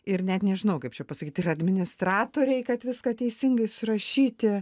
ir net nežinau kaip čia pasakyt ir administratoriai kad viską teisingai surašyti